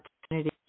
opportunity